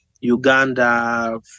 Uganda